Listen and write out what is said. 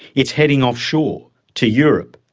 it's heading offshore to europe,